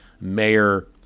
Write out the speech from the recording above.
Mayor